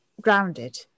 grounded